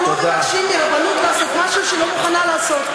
אנחנו לא מבקשים מהרבנות לעשות משהו שהיא לא מוכנה לעשות,